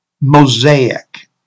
mosaic